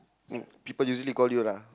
um people usually call you lah